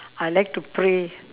I like to pray